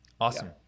Awesome